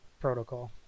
protocol